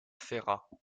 ferrat